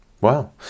wow